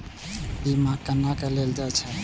बीमा केना ले जाए छे?